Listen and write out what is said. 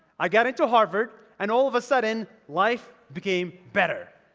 i got into harvard, and all of a sudden, life became better.